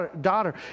daughter